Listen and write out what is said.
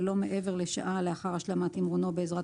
ולא מעבר לשעה לאחר השלמת תמרונו בעזרת